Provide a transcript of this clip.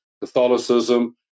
Catholicism